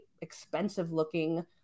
expensive-looking